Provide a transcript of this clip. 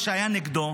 אתה נגד להחליף